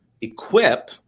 equip